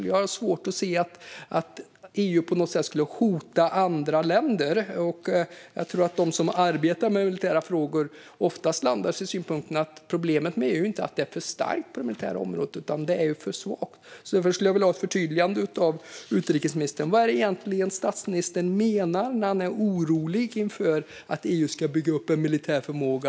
Jag har svårt att se att EU på något sätt skulle hota andra länder. Jag tror att de som arbetar med militära frågor oftast landar i synpunkten att problemet med EU inte är att man är för stark på det militära området utan för svag. Därför skulle jag vilja ha ett förtydligande av utrikesministern. Vad är det egentligen statsministern menar när han är orolig inför att EU ska bygga upp en militär förmåga?